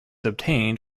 obtained